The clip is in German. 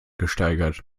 gesteigert